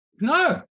No